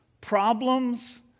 problems